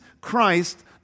Christ